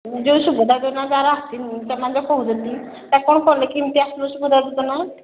ଯୋଉ ସୁଭଦ୍ରା ଯୋଜନା ଯାହାର ଆସିନି ସେମାନେ ଯୋଉ କହୁଛନ୍ତି ତାକୁ କ'ଣ କଲେ କେମିତି ଆସିବ ସୁଭଦ୍ରା ଯୋଜନା